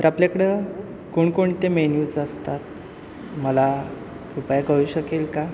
तर आपल्याकडं कोणकोणते मेन्यूच असतात मला कृपया करू शकेल का